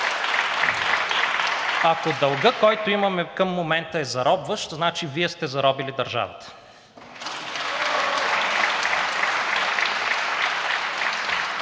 Ако дългът, който имаме към момента, е заробващ, значи Вие сте заробили държавата.